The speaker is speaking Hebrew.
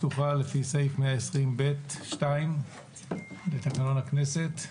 אני מזכיר שהישיבה פתוחה לפי סעיף 120 (ב)(2) לתקנון הכנסת.